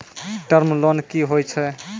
Term loan कि होय छै?